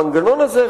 המנגנון הזה,